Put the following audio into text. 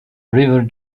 river